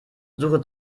suche